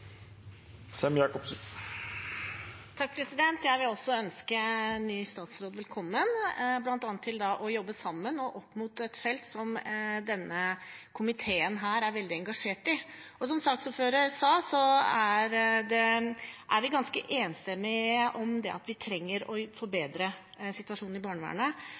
Jeg vil også ønske ny statsråd velkommen, bl.a. til å jobbe sammen med oss på et felt som denne komiteen er veldig engasjert i. Og som saksordføreren sa, er vi enstemmige om at vi trenger å forbedre situasjonen i barnevernet.